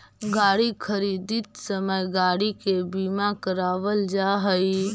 गाड़ी खरीदित समय गाड़ी के बीमा करावल जा हई